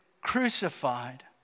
crucified